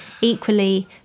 equally